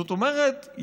זאת אומרת,